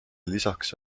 lisaks